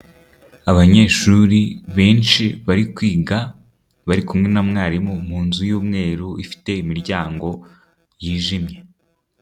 Abanyeshuri benshi bari kwiga bari kumwe na mwarimu munzu y'umweru ifite imiryango yijimye.